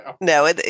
No